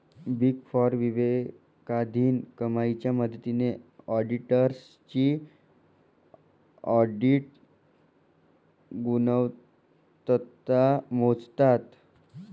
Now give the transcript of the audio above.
big four विवेकाधीन कमाईच्या मदतीने ऑडिटर्सची ऑडिट गुणवत्ता मोजतात